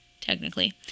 technically